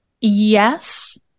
Yes